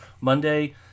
Monday